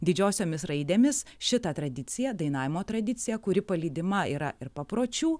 didžiosiomis raidėmis šitą tradiciją dainavimo tradiciją kuri palydima yra ir papročių